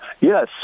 Yes